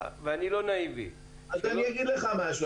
ואני לא נאיבי --- אז אני אגיד לך משהו.